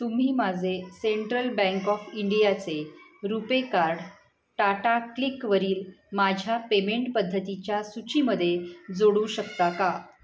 तुम्ही माझे central bank of इंडियाचे रुपे कार्ड टाटाक्लिकवरील माझ्या पेमेंट पद्धतीच्या सूचीमध्ये जोडू शकता का